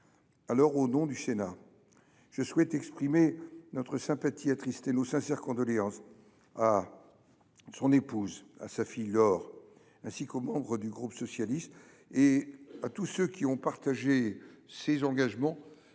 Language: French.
Au nom du Sénat, je souhaite exprimer notre sympathie attristée et nos sincères condoléances à son épouse Annie et à sa fille Laure, ainsi qu’aux membres du groupe socialiste et à tous ceux qui ont partagé ses engagements